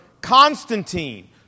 Constantine